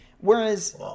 Whereas